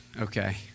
okay